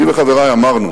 אני וחברי אמרנו